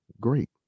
great